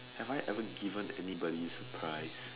have I ever given anybody surprise